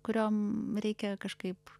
kuriom reikia kažkaip